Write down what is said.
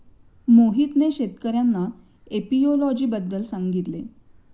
मोहितने शेतकर्यांना एपियोलॉजी बद्दल सांगितले